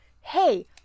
hey